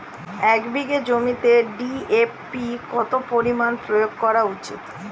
এক বিঘে জমিতে ডি.এ.পি কত পরিমাণ প্রয়োগ করা উচিৎ?